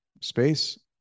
space